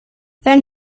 then